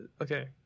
Okay